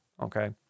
Okay